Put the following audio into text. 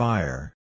Fire